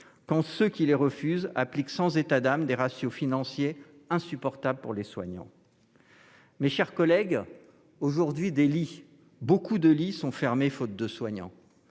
quand ceux qui les refusent appliquent sans état d'âme des ratios financiers insupportables pour les soignants. Mes chers collègues, des lits- beaucoup de lits -sont aujourd'hui fermés faute de soignants.